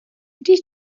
když